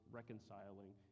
reconciling